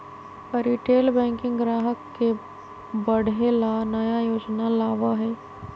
retail banking ग्राहक के बढ़े ला नया योजना लावा हई